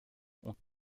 ont